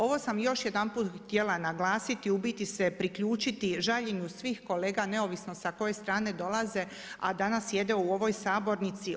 Ovo sam još jedanput htjela naglasiti, u biti se priključiti žaljenju svih kolega neovisno sa koje strane dolaze, a danas jede u ovoj sabornici.